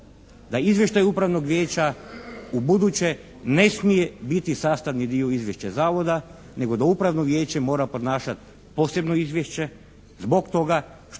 da izvještaj upravnog vijeća ubuduće ne smije biti sastavni dio izvješća zavoda nego da upravno vijeće mora podnašati posebno izvješće zbog toga što